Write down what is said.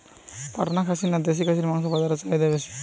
পাটনা খাসি না দেশী খাসির মাংস বাজারে চাহিদা বেশি?